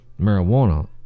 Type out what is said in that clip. marijuana